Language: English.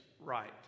right